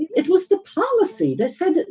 it was the policy. they said,